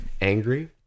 angry